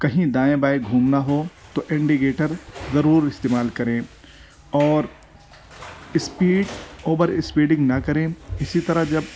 کہیں دائیں بائیں گھومنا ہو تو انڈیگیٹر ضرور استعمال کریں اور اسپیڈ اوور اسپیڈنگ نا کریں اسی طرح جب